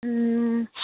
ও